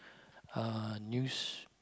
uh news